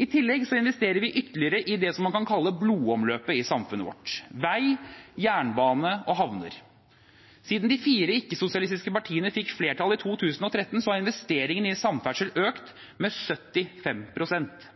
I tillegg investerer vi ytterligere i det som man kan kalle blodomløpet i samfunnet vårt – vei, jernbane og havner. Siden de fire ikke-sosialistiske partiene fikk flertall i 2013, har investeringene i samferdsel økt med